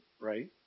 right